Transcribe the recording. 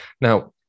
Now